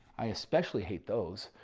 i especially hate those.